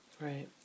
Right